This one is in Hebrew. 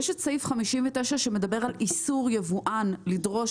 יש את סעיף 59 שמדבר על איסור יבואן לדרוש